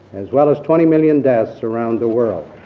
as well as twenty million deaths around the world.